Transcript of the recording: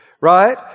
Right